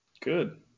Good